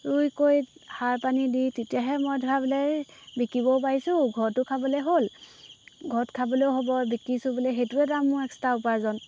ৰুই কৈ সাৰ পানী দি তেতিয়াহে মই ধৰা বোলে এই বিকিবও পাৰিছোঁ ঘৰতো খাবলৈ হ'ল ঘৰত খাবলৈও হ'ব বিকিছোঁ বুলি সেইটোও এটা মোৰ এক্সট্ৰা উপাৰ্জন